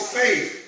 faith